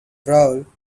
brawl